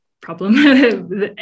problem